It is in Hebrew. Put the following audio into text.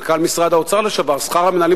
מנכ"ל משרד האוצר לשעבר: שכר המנהלים